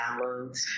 downloads